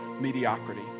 mediocrity